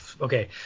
okay